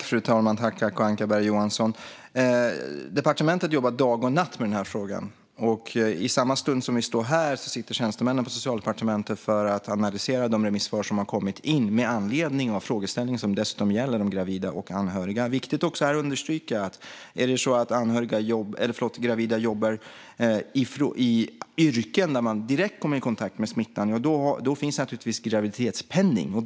Fru talman! Tack, Acko Ankarberg Johansson! På departementet jobbar de dag och natt med den här frågan. I samma stund som vi står här sitter tjänstemännen på Socialdepartementet för att analysera de remissvar som har kommit in med anledning frågeställningen, som dessutom gäller de gravida och de anhöriga. Det är också viktigt att understryka att om det är så att gravida jobbar i yrken där de direkt kommer i kontakt med smittan finns naturligtvis graviditetspenning.